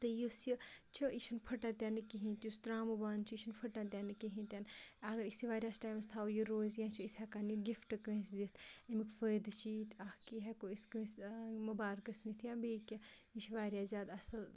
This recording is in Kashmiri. تہٕ یُس یہِ چھُ یہِ چھُنہٕ فٕٹَن تہِ نہٕ کِہیٖنۍ یُس ترٛاموٗ بانہٕ چھِ یہِ چھُنہٕ فٕٹَن تہِ نہٕ کِہیٖنۍ تہِ نہٕ اگر أسۍ یہِ واریاہَس ٹایمَس تھاوَو یہِ روزِ یا چھِ أسۍ ہٮ۪کان یہِ گِفٹ کٲنٛسہِ دِتھ ایٚمیٚک فٲیِدٕ چھِ ییٖتۍ اَکھ یہِ ہٮ۪کو أسی کٲنٛسہِ مُبارکَس نِتھ یا بیٚیہِ کینٛہہ یہِ چھِ واریاہ زیادٕ اَصٕل